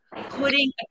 putting